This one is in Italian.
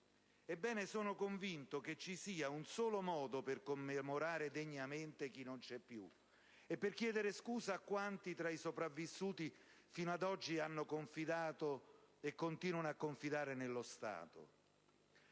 Ebbene, sono convinto che ci sia un solo modo per commemorare degnamente chi non c'è più e per chiedere scusa a quanti, tra i sopravvissuti, fino ad oggi hanno confidato e continuano a confidare nello Stato: